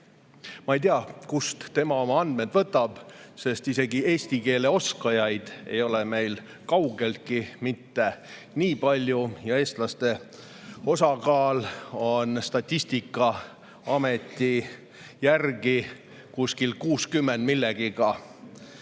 Ma ei tea, kust tema oma andmed võtab, sest isegi eesti keele oskajaid ei ole meil kaugeltki mitte nii palju ja eestlaste osakaal on Statistikaameti [andmetel] 60% millegagi,